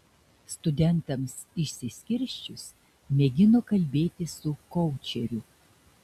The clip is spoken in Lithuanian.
studentams išsiskirsčius mėgino kalbėtis su koučeriu